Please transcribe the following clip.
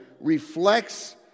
reflects